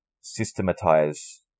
systematize